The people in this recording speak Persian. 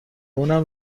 اونم